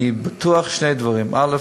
אני בטוח בשני דברים: א.